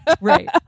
Right